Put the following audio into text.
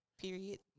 Period